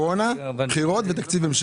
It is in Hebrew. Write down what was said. בחירות ותקציב המשך.